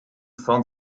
font